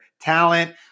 talent